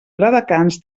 viladecans